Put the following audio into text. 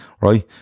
right